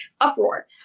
uproar